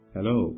Hello